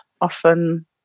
often